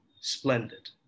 splendid